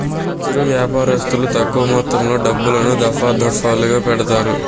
చిరు వ్యాపారస్తులు తక్కువ మొత్తంలో డబ్బులను, దఫాదఫాలుగా పెడతారు